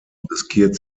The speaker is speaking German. riskiert